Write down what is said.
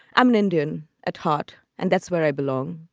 i'm an indian at heart and that's where i belong.